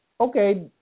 Okay